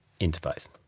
interface